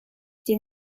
den